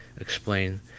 explain